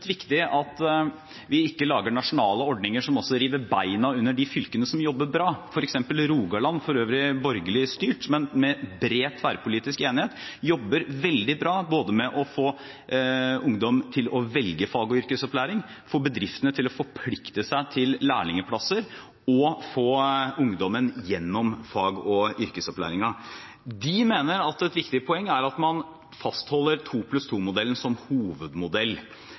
viktig at vi ikke lager nasjonale ordninger som river beina under de fylkene som jobber bra, f.eks. Rogaland, som for øvrig er borgerlig styrt, men som med bred, tverrpolitisk enighet jobber veldig bra både med å få ungdom til å velge fag- og yrkesopplæring, få bedriftene til å forplikte seg til lærlingplasser og få ungdommen gjennom fag- og yrkesopplæringen. De mener at et viktig poeng er at man fastholder